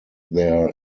their